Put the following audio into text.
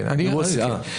סליחה.